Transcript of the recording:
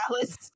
Dallas